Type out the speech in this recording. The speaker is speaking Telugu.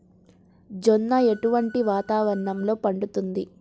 జొన్న ఎటువంటి వాతావరణంలో పండుతుంది?